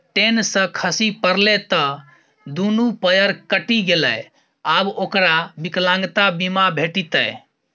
ten सँ खसि पड़लै त दुनू पयर कटि गेलै आब ओकरा विकलांगता बीमा भेटितै